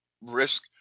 risk